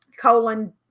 colon